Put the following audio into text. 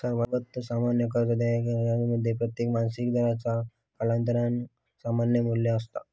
सर्वात सामान्य कर्ज देयका ज्यामध्ये प्रत्येक मासिक दराचा कालांतरान समान मू्ल्य असता